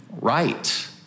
right